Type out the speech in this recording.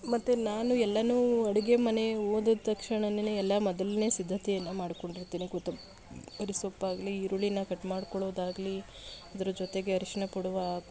ಮತ್ತೆ ನಾನು ಎಲ್ಲವೂ ಅಡುಗೆ ಮನೆ ಹೋದ ತಕ್ಷಣನೇ ಎಲ್ಲ ಮೊದಲನೇ ಸಿದ್ಧತೆಯನ್ನ ಮಾಡ್ಕೊಂಡಿರ್ತೀನಿ ಕೊತ್ತಂ ಬರಿ ಸೊಪ್ಪಾಗಲಿ ಈರುಳ್ಳಿನ ಕಟ್ಮಾಡ್ಕೊಳ್ಳೋದಾಗ್ಲಿ ಅದರ ಜೊತೆಗೆ ಅರಶಿಣ ಪುಡುವ